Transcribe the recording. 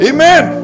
Amen